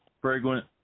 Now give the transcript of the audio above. fragrant